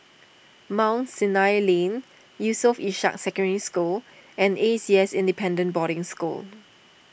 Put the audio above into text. Mount Sinai Lane Yusof Ishak Secondary School and A C S Independent Boarding School